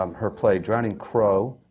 um her play, drowning crow,